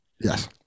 Yes